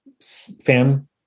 fan